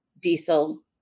diesel